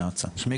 שלום,